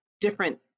different